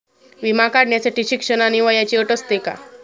विमा काढण्यासाठी शिक्षण आणि वयाची अट असते का?